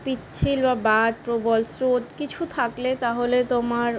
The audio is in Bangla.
পিচ্ছিল বা বাদ প্রবল স্রোত কিছু থাকলে তাহলে তোমার